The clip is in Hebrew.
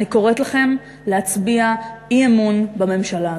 אני קוראת לכם להצביע אי-אמון בממשלה הזאת.